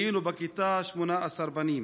היינו בכיתה 18 בנים.